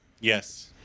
Yes